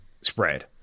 spread